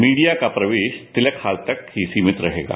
media का प्रवेश Tilak hall तक ही सीमित रहेगा